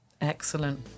Excellent